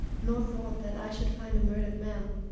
nor thought that i should find a murdered man.